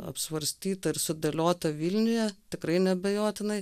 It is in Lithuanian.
apsvarstyta ir sudėliota vilniuje tikrai neabejotinai